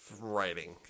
writing